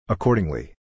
Accordingly